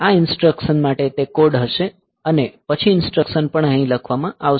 આ ઇન્સટ્રકસન માટે તે કોડ હશે અને પછી ઇન્સટ્રકસન પણ અહીં લખવામાં આવશે